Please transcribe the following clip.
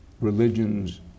religions